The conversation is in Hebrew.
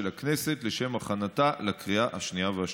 הכנסת לשם הכנתה לקריאת השנייה והשלישית.